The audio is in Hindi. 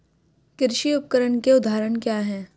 कृषि उपकरण के उदाहरण क्या हैं?